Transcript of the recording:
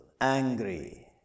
angry